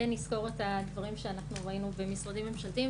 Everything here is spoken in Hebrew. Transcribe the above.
בן יסקור את הדברים שאנחנו ראינו במשרדים ממשלתיים,